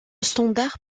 standard